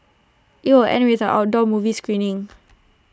IT will end with an outdoor movies screening